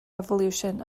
evolution